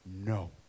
No